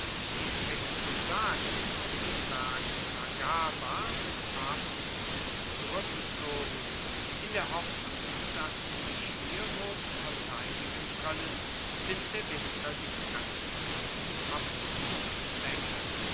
die tectosagen auf den berg magaba mit hab und gut zurueckgezogen in der hoffnung dass sie sich hier wuerden verteidigen koennen bis der winter die fremden zum abzug zwaenge